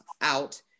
out